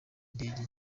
ndege